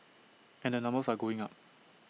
and the numbers are going up